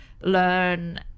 learn